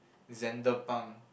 Xander-Pang